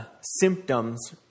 symptoms